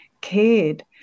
cared